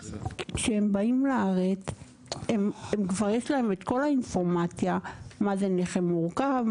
כשהם באים לארץ כבר יש להם את כל האינפורמציה מה זה נכה מורכב,